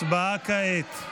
הצבעה כעת.